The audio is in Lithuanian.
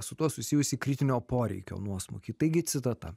su tuo susijusį kritinio poreikio nuosmukį taigi citata